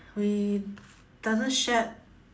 we doesn't shared